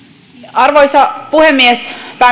arvoisa puhemies